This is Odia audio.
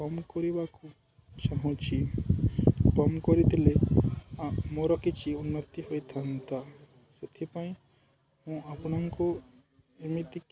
କମ୍ କରିବାକୁ ଚାହୁଁଛି କମ୍ କରିଦେଲେ ମୋର କିଛି ଉନ୍ନତି ହୋଇଥାନ୍ତା ସେଥିପାଇଁ ମୁଁ ଆପଣଙ୍କୁ ଏମିତି